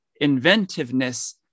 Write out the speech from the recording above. inventiveness